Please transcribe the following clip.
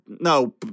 No